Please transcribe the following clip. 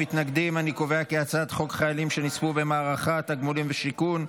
את הצעת חוק חיילים שנספו במערכה (תגמולים ושיקום)